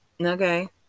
okay